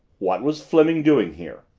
what was fleming doing here?